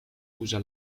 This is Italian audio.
usa